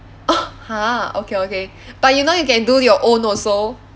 !huh! okay okay but you know you can do your own also